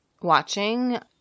watching